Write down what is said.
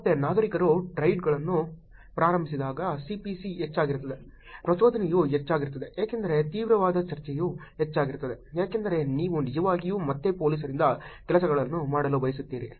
ಮತ್ತೆ ನಾಗರಿಕರು ಥ್ರೆಡ್ಗಳನ್ನು ಪ್ರಾರಂಭಿಸಿದಾಗ CPC ಹೆಚ್ಚಾಗಿರುತ್ತದೆ ಪ್ರಚೋದನೆಯು ಹೆಚ್ಚಾಗಿರುತ್ತದೆ ಏಕೆಂದರೆ ತೀವ್ರವಾದ ಚರ್ಚೆಯು ಹೆಚ್ಚಾಗಿರುತ್ತದೆ ಏಕೆಂದರೆ ನೀವು ನಿಜವಾಗಿಯೂ ಮತ್ತೆ ಪೊಲೀಸರಿಂದ ಕೆಲಸಗಳನ್ನು ಮಾಡಲು ಬಯಸುತ್ತೀರಿ